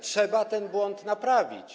Trzeba ten błąd naprawić.